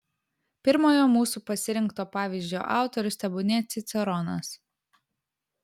pirmojo mūsų pasirinkto pavyzdžio autorius tebūnie ciceronas